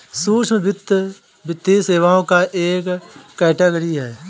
सूक्ष्म वित्त, वित्तीय सेवाओं का एक कैटेगरी है